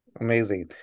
Amazing